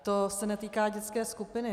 To se netýká dětské skupiny.